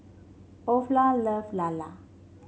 Olaf love Lala